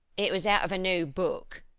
it was out of a new book.